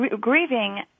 grieving